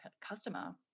customer